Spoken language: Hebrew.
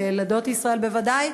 ולילדות ישראל בוודאי,